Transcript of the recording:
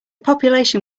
population